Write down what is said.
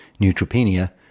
neutropenia